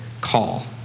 call